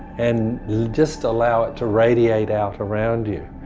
and just allow it to radiate out around you.